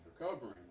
recovering